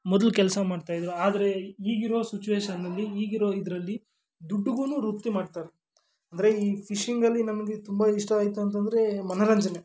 ಮೊದ್ಲು ಕೆಲಸ ಮಾಡ್ತಾ ಇದ್ದರು ಆದರೆ ಈಗಿರೋ ಸುಚುಯೇಷನ್ನಲ್ಲಿ ಈಗಿರೋ ಇದರಲ್ಲಿ ದುಡ್ಡುಗೂ ವೃತ್ತಿ ಮಾಡ್ತಾರೆ ಅಂದರೆ ಈ ಫಿಶಿಂಗಲ್ಲಿ ನಮಗೆ ತುಂಬ ಇಷ್ಟ ಆಯಿತು ಅಂತಂದರೆ ಮನೋರಂಜನೆ